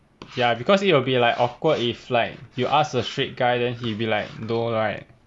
ya because it will be like awkward if like you ask a straight guy then he be like no right